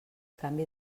canvi